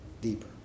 deeper